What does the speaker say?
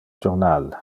jornal